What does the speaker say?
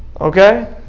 Okay